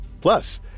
Plus